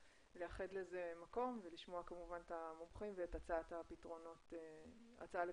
לייחד לזה מקום ולשמוע כמובן את המומחים ואת ההצעות לפתרונות עתידיים.